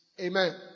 Amen